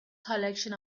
collection